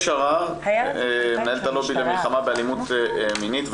יעל שרר, מנהלת הלובי למלחמה באלימות מינית.